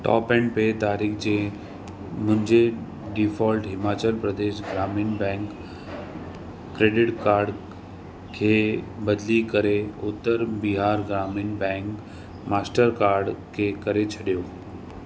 top end पे तारीख़ जे मुंहिंजे डीफॉल्ट हिमाचल प्रदेश ग्रामीण बैंक क्रेडिट कार्ड खे बदिली करे उत्तर बिहार ग्रामीण बैंक मास्टर कार्ड के करे छॾियो